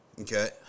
Okay